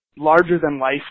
larger-than-life